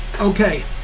Okay